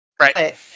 Right